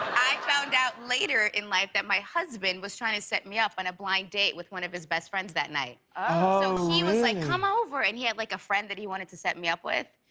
i found out later in life that my husband was trying to set me up on a blind date with one of his best friends that night. so he was like come over. and he had like a friend that he wanted to set me up with.